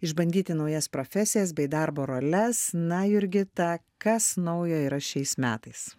išbandyti naujas profesijas bei darbo roles na jurgita kas naujo yra šiais metais